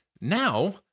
now